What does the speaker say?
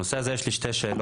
בנושא הזה יש לי שתי שאלות.